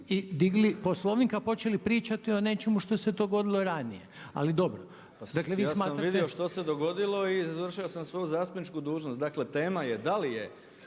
Poslovnik a počeli pričati o nečemu što se dogodilo ranije. Ali dobro. **Bauk, Arsen (SDP)** Ja sam vidio što se dogodilo i izvršio sam svoju zastupničku dužnost. Dakle, tema je da li je